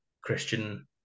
Christian